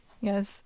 Yes